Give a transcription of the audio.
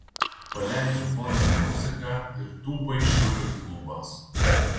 paleidžiu foninę muziką ir tūpai žiūriu į lubas